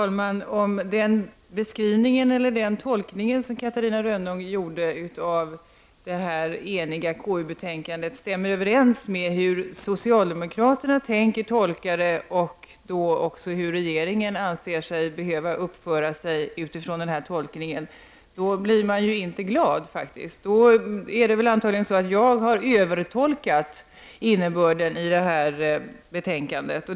Fru talman! Om den tolkning som Catarina Rönnung gjorde av det här eniga KU-betänkandet stämmer överens med hur socialdemokraterna tänker tolka det — och hur regeringen anser sig behöva uppföra sig utifrån den här tolkningen — då blir man faktiskt inte glad. Då är det antagligen så att jag har övertolkat innebörden i det här betänkandet.